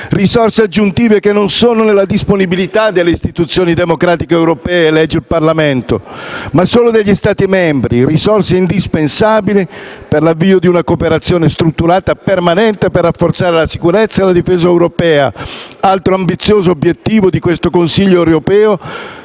Risorse aggiuntive che non sono nella disponibilità delle istituzioni democratiche europee - leggi il Parlamento - ma solo degli Stati membri. Risorse indispensabili per l'avvio di una cooperazione strutturata permanente per rafforzare la sicurezza e la difesa europea, altro ambizioso obiettivo di questo Consiglio europeo,